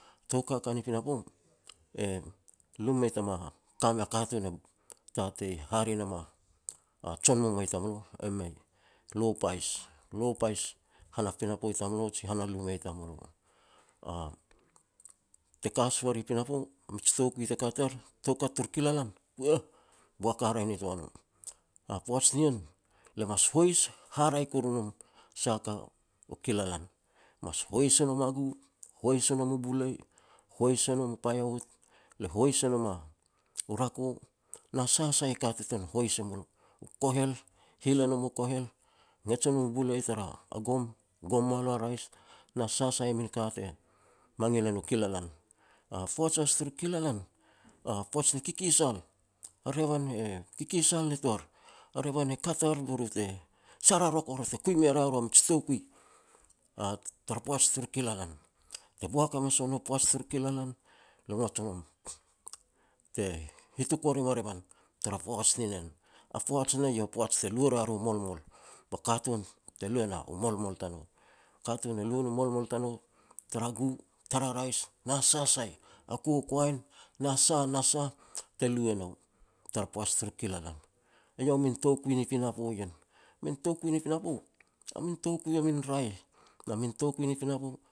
Tou kaka ni pinapo, e lo mei tama ka mea katun e tatei hare nam a jon momoa tamulo, e mei. Lo pais, lo pais han a pinapo i tamulo, je han a luma i tamulo. Te ka si ua ri pinapo mij toukui te kaj er, toukat turu kilalan, puh!, boak haraeh nitoa no. A poaj nien, le mas hois haraeh kuru nom. Sah a ka u kilalan, mas hois e nom a gu, hois e nom u bulei, hois e nom u paiawut, le hois e nom u rako, na sah sai a ka te ten hois e mulo. U kohel, hil e nom u kohel, ngej e nom u bulei tara gom, gom mua lo a rais, na sa sai min ka te mangil e no kilalan. A poaj has turu kilalan, a poaj ni kikisal, a revan e kikisal nitoar. A revan e kat ar be ru te sararokor te kui me ria ru a mij toukui tara poaj turu kilalan. Te boak hamas ua nu poaj turu kilalan, lo ngot o nom te hituk wa rim a revan tara poaj ni nen. A poaj ne nah eiau a poaj te lu e ria ru molmol. Ba katun te lu e na u molmol tanou. Katun e lu e no molmol tanou, tara gu, tara rais, na sa sai, a kokoen na sah na sah te lu e nou tar poaj tur kilalan. Eiau a min toukui ni pinao ien. Min toukui ni pinapo, a min toukui a min raeh, na min toukui ni pinapo